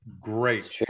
great